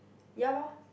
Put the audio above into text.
ya lor